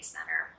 Center